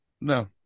no